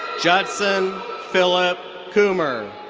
judson phillip coomer.